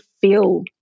feel